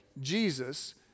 Jesus